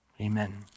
Amen